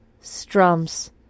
strums